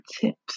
tips